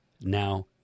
now